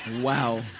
Wow